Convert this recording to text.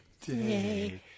Day